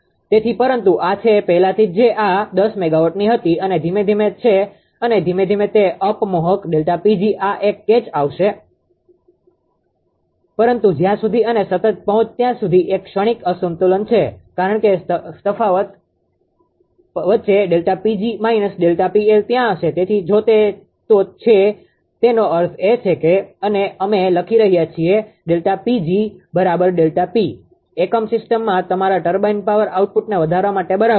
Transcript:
તેથી પરંતુ આ છે પહેલાથી જ આ 10 MW ની હતી અને ધીમે ધીમે છે અને ધીમે ધીમે તે અપ મોહક ΔPg આ એક કેચ આવશે પરંતુ જ્યાં સુધી અને સતત પહોંચ ત્યાં સુધી એક ક્ષણિક અસંતુલન છે કારણ કે તફાવત વચ્ચે ત્યાં હશે તેથી જો તે છે તો તે છે તેનો અર્થ એ છે કે અને અમે લખી રહ્યા છીએ ΔPg બરાબર ΔP એકમ સિસ્ટમમાં તમારા ટર્બાઇન પાવર આઉટપુટને વધારવા માટે બરાબર છે